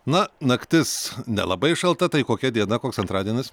na naktis nelabai šalta tai kokia diena koks antradienis